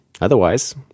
Otherwise